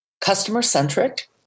customer-centric